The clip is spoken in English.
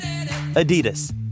Adidas